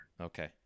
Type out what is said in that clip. okay